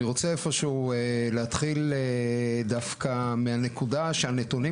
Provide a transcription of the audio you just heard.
אני רוצה איפשהו להתחיל דווקא מהנקודה שהנתונים